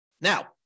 Now